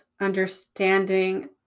understanding